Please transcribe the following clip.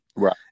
Right